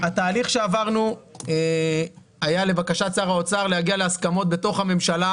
התהליך שעברנו היה לבקשת שר האוצר להגיע קודם כל להסכמות בתוך הממשלה